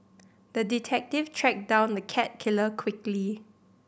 the detective tracked down the cat killer quickly